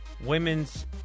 Women's